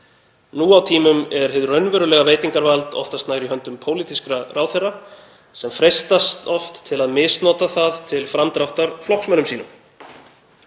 Nú á tímum er hið raunverulega veitingarvald oftast nær í höndum pólitískra ráðherra, sem freistast oft til að misnota það til framdráttar flokksmönnum sínum.“